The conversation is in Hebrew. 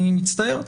אני מצטער.